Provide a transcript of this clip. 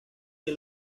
que